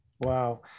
Wow